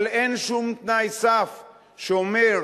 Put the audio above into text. אבל אין שום תנאי סף שאומר: